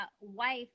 wife